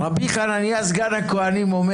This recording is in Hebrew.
רבי חנינא סגן הכהנים אומר